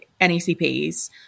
NECPs